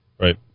Right